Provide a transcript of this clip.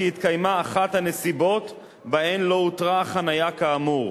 התקיימה אחת הנסיבות שבהן לא הותרה החנייה כאמור.